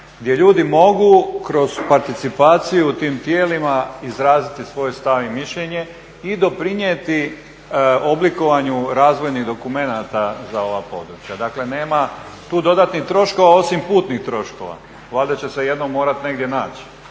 gdje ljudi mogu kroz participaciju u tim tijelima izraziti svoj stav i mišljenje i doprinijeti oblikovanju razvojnih dokumenata za ova područja. Dakle, nema tu dodatnih troškova osim putnih troškova. Valjda će se jednom morati negdje naći